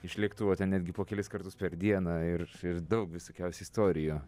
iš lėktuvų netgi po kelis kartus per dieną ir ir daug visokiausių istorijų